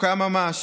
מתוקה ממש.